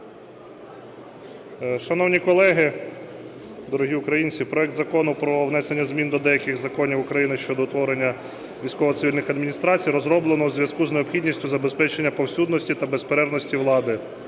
Шановні колеги, дорогі українці, проект Закону про внесення змін до деяких законів України щодо утворення військово-цивільних адміністрацій розроблено у зв'язку з необхідністю забезпечення повсюдності та безперервності влади,